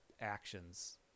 actions